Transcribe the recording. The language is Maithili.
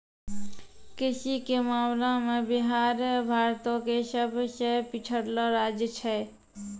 कृषि के मामला मे बिहार भारतो के सभ से पिछड़लो राज्य छै